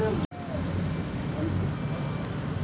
फसल के पानी अनुकुल मिलला के बाद भी न बढ़ोतरी होवे पर का कर सक हिय?